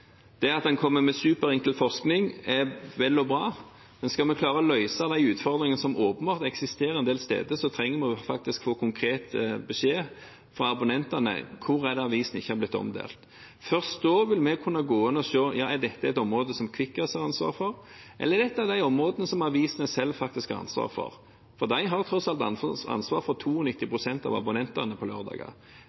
Det at en kommer med superenkel forskning, er vel og bra, men skal vi klare å løse de utfordringene som åpenbart eksisterer en del steder, trenger vi faktisk å få konkret beskjed fra abonnentene: Hvor er det avisene ikke er blitt omdelt? Først da vil vi kunne gå inn og se: Er dette et område som Kvikkas har ansvaret for, eller er det et av de områdene som avisene selv har ansvaret for? For de har tross alt ansvar for 92 pst. av abonnentene på